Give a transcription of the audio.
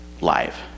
live